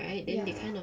ya